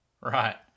Right